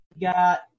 Got